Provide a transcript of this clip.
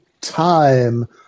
time